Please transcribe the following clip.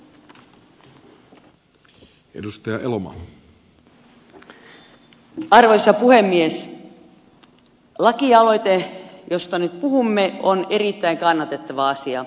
lakialoite josta nyt puhumme on erittäin kannatettava asia